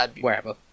wherever